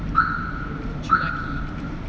laki